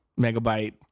megabyte